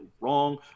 wrong